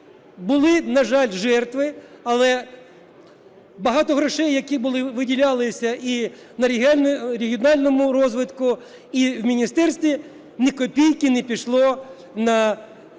були, на жаль, жертви, але багато грошей, які були, виділялися і на регіональному розвитку, і в міністерстві, ні копійки не пішло на ремонт